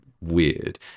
weird